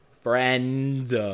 Friends